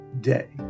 day